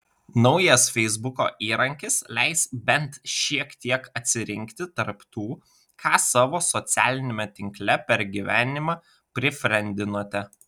naujas feisbuko įrankis leis bent šiek tiek atsirinkti tarp tų ką savo socialiniame tinkle per gyvenimą prifriendinote